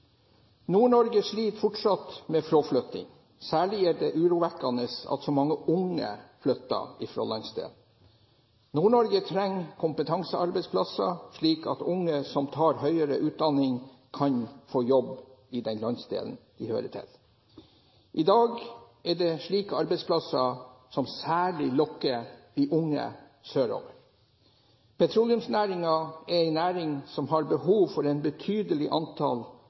sliter fortsatt med fraflytting. Særlig er det urovekkende at så mange unge flytter fra landsdelen. Nord-Norge trenger kompetansearbeidsplasser, slik at unge som tar høyere utdanning, kan få jobb i den landsdelen de hører til. I dag er det slike arbeidsplasser som særlig lokker de unge sørover. Petroleumsnæringen er en næring som har behov for en betydelig